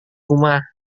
rumah